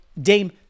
Dame